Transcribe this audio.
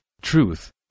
truth